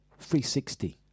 360